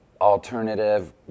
alternative